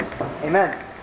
Amen